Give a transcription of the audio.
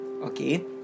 Okay